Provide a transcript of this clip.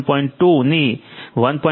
2 ની 1